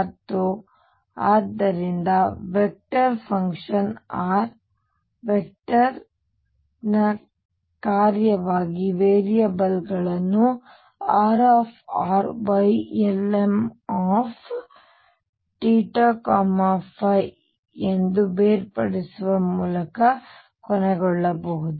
ಮತ್ತು ಆದ್ದರಿಂದ vector function r vector ನ ಕಾರ್ಯವಾಗಿ ವೇರಿಯಬಲ್ಗಳನ್ನು RrYlmθϕ ಎಂದು ಬೇರ್ಪಡಿಸುವ ಮೂಲಕ ಕೊಳೆಯಬಹುದು